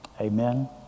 Amen